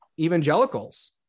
evangelicals